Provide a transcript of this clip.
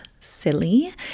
silly